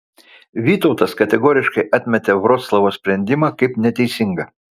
vytautas kategoriškai atmetė vroclavo sprendimą kaip neteisingą